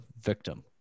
victim